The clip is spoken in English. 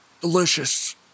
Delicious